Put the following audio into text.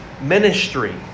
ministry